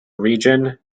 region